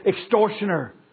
extortioner